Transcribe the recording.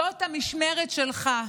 זאת המשמרת שלך.